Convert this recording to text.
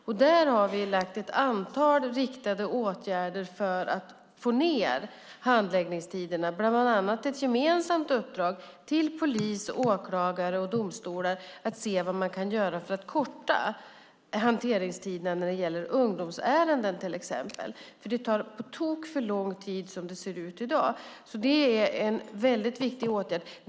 Därför har vi lagt ett antal riktade åtgärder för att få ned handläggningstiderna, bland annat ett gemensamt uppdrag till polis, åklagare och domstolar att se vad man kan göra för att korta handläggningstiderna när det gäller till exempel ungdomsärenden, för det tar på tok för lång tid som det ser ut i dag. Det är en väldigt viktig åtgärd.